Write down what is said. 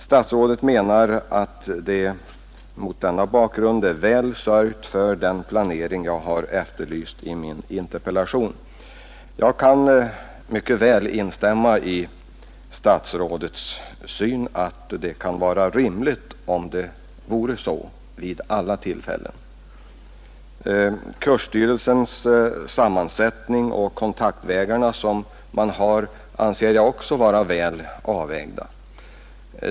Statsrådet menar att det mot denna bakgrund är väl sörjt för den planering jag efterlyst i min interpellation. Jag kan mycket väl instämma i statsrådets syn att det rimligen borde vara så. Kursstyrelsens sammansättning och de kontaktvägar som man har anser jag också vara väl avvägda.